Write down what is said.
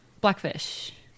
Blackfish